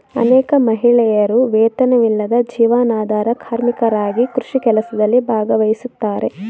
ಅನೇಕ ಮಹಿಳೆಯರು ವೇತನವಿಲ್ಲದ ಜೀವನಾಧಾರ ಕಾರ್ಮಿಕರಾಗಿ ಕೃಷಿ ಕೆಲಸದಲ್ಲಿ ಭಾಗವಹಿಸ್ತಾರೆ